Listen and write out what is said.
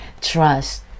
trust